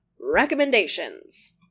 recommendations